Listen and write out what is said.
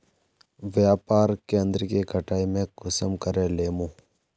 व्यापार केन्द्र के कटाई में कुंसम करे लेमु?